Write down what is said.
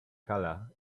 colour